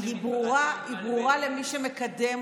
זה לעשות צדק.